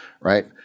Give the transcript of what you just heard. right